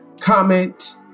comment